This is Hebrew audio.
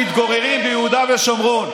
שמתגוררים ביהודה ושומרון.